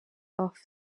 off